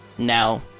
now